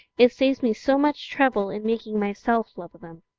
it saves me so much trouble in making myself love them.